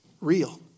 real